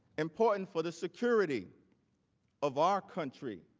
important for the security of our country